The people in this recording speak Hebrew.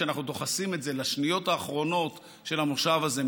כשאנחנו דוחסים את זה לשניות האחרונות של המושב הזה,